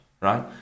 right